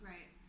Right